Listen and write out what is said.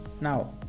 Now